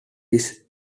his